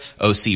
OC